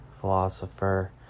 philosopher